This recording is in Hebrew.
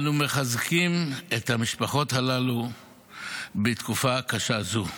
אנו מחזקים את המשפחות הללו בתקופה קשה זו.